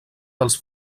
dels